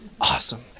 Awesome